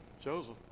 Joseph